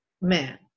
man